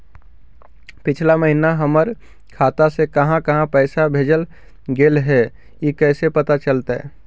पिछला महिना हमर खाता से काहां काहां पैसा भेजल गेले हे इ कैसे पता चलतै?